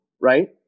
right